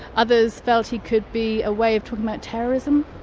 others felt he could be a way of talking about terrorism.